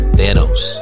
Thanos